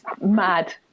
mad